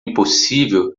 impossível